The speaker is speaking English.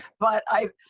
but i,